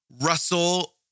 Russell